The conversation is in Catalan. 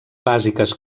bàsiques